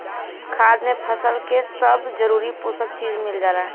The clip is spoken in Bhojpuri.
खाद से फसल के सब जरूरी पोषक चीज मिल जाला